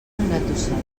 engatussat